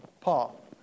Paul